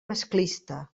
masclista